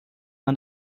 man